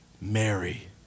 Mary